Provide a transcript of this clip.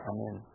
Amen